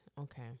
Okay